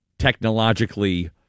technologically